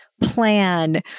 plan